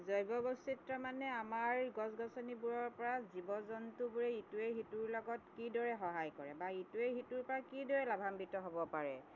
জৈৱবৈচিত্ৰ মানে আমাৰ গছ গছনিবোৰৰ পৰা জীৱ জন্তুবোৰে ইটোৱে সিটোৰ লগত কিদৰে সহায় কৰে বা ইটোৱে সিটোৰ পৰা কিদৰে লাভান্বিত হ'ব পাৰে